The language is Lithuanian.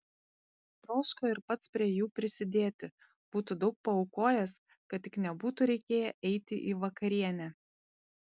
troško ir pats prie jų prisidėti būtų daug paaukojęs kad tik nebūtų reikėję eiti į vakarienę